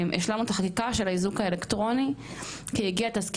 יש שני מקרים שאנחנו עוקבים אחריהם והם התחילו